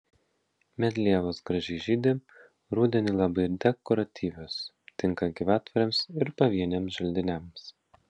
medlievos gražiai žydi rudenį labai dekoratyvios tinka gyvatvorėms ir pavieniams želdiniams